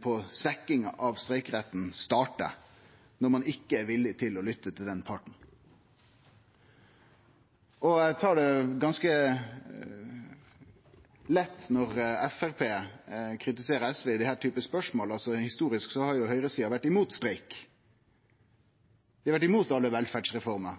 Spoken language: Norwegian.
på svekkinga av streikeretten startar, når ein ikkje er villig til å lytte til den parten. Eg tar det ganske lett når Framstegspartiet kritiserer SV i denne typen spørsmål. Historisk har jo høgresida vore imot streik. Dei har vore imot alle velferdsreformer.